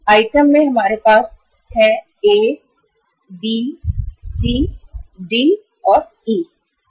item हम एक है हम बी हमारे पास सी है हमारे पास डी है और हमारे पास ई है